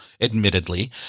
admittedly